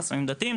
חסמים דתיים,